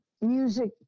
music